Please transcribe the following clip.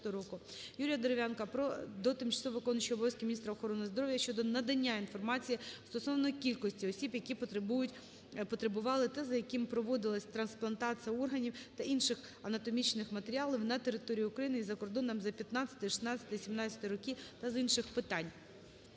Юрія Дерев'янка до тимчасово виконуючої обов'язки міністра охорони здоров'я щодо надання інформації стосовно кількості осіб, які потребують/потребували та яким проводилася трансплантація органів та інших анатомічних матеріалів на території України і за кордоном за 2015, 2016 і 2017 роки та з інших питань.